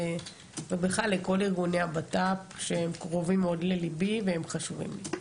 ובכלל לכל ארגוני הבט"פ שהם קרובים מאוד לליבי והם חשובים לי.